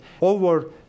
over